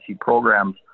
programs